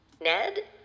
Ned